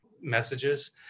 messages